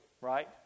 right